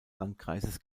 landkreises